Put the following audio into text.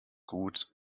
gut